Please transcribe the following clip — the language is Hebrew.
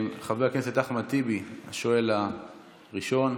וחברת הכנסת מרב מיכאלי יהיו השואלים הנוספים.